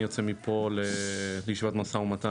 אני יוצא מפה לישיבת משא ומתן,